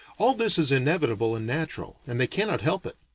all this is inevitable and natural, and they cannot help it.